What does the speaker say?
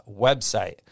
website